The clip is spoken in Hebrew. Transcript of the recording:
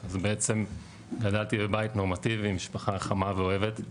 ולחקיקה אסור להיות כזו שפוגעת באוטונומיית